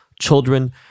children